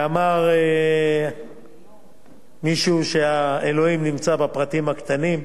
אמר מישהו שאלוהים נמצא בפרטים הקטנים,